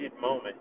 moment